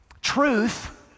truth